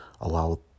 allow